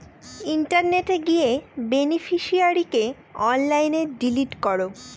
ইন্টারনেটে গিয়ে বেনিফিশিয়ারিকে অনলাইনে ডিলিট করো